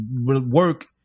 work